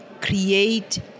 create